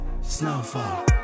snowfall